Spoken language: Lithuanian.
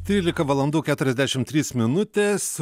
trylika valandų keturiasdešimt trys minučių